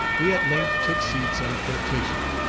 we at length took seats on flirtation,